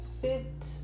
Fit